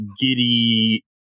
giddy